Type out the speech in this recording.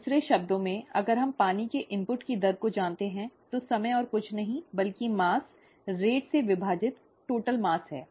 दूसरे शब्दों में अगर हम पानी के इनपुट की दर को जानते हैं तो समय और कुछ नहीं बल्कि द्रव्यमान दर से विभाजित कुल द्रव्यमान है